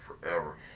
forever